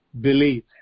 believe